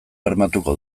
bermatuko